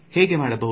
ಹೇಗೆ ಮಾಡಬಹುದು